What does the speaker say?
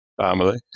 family